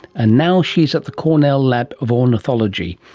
and now she is at the cornell lab of ornithology,